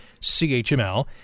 CHML